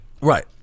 Right